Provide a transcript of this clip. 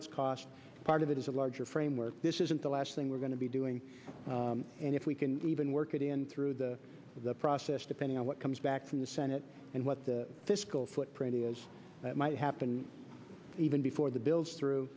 cost part of it is a larger framework this isn't the last thing we're going to be doing and if we can even work it in through the process depending on what comes back from the senate and what the fiscal footprint is that might happen even before the bills through